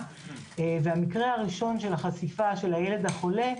המקרה הראשון של החשיפה של הילד החולה,